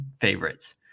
favorites